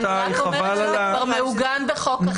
אני רק אומרת שזה כבר מעוגן בחוק אחר,